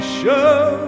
show